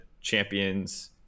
champions